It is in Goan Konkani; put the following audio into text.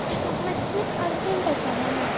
कित्याक म्हाका मात्शी अर्जंट आसा म्हणून